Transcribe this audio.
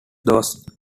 those